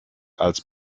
als